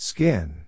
Skin